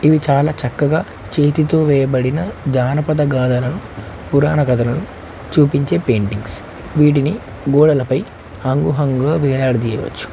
ఇవి చాలా చక్కగా చేతితో వేయబడిన జానపద గాథలను పురాణ కథలను చూపించే పెయింటింగ్స్ వీటిని గోడలపై హంగుహంగుగా వేలాడజేయవచ్చు